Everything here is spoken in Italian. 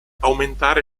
aumentare